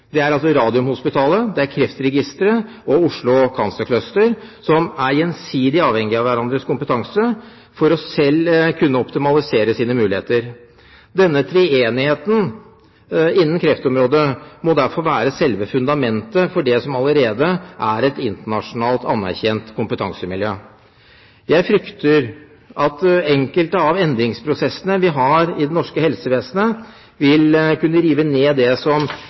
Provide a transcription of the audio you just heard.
Det er altså Radiumhospitalet, Kreftregisteret og Oslo Cancer Cluster, som er gjensidig avhengige av hverandres kompetanse for selv å kunne optimalisere sine muligheter. Denne treenigheten innen kreftområdet må derfor være selve fundamentet for det som allerede er et internasjonalt anerkjent kompetansemiljø. Jeg frykter at enkelte av endringsprosessene vi har i det norske helsevesenet, vil kunne rive ned det